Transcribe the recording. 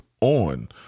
on